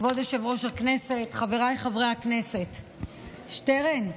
כבוד יושב-ראש הישיבה, חבריי חברי הכנסת, שטרן,